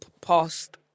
past